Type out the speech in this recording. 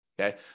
okay